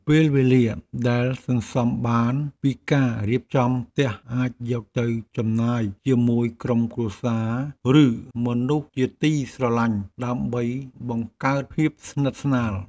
ពេលវេលាដែលសន្សំបានពីការរៀបចំផ្ទះអាចយកទៅចំណាយជាមួយក្រុមគ្រួសារឬមនុស្សជាទីស្រឡាញ់ដើម្បីបង្កើតភាពស្និទ្ធស្នាល។